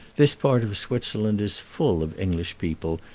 this part of switzerland is full of english people,